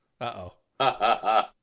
Uh-oh